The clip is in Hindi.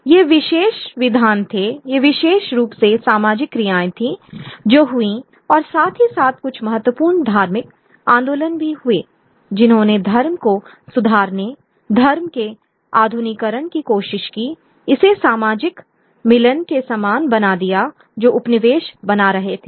ये विशेष विधान थे ये विशेष रूप से सामाजिक क्रियाएं थीं जो हुईं और साथ ही साथ कुछ महत्वपूर्ण धार्मिक आंदोलन भी हुए जिन्होंने धर्म को सुधारने धर्म के आधुनिकीकरण की कोशिश की इसे सामाजिक मिलन के समान बना दिया जो उपनिवेश बना रहे थे